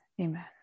Amen